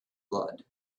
blood